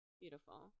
Beautiful